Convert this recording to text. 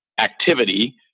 activity –